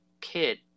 kid